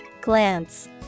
Glance